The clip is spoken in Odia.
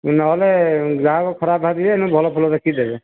ନହେଲେ ଗ୍ରାହକ ଖରାପ ଭାବିବେ ଭଲ ଫୁଲ ଦେଖିକି ଦେବେ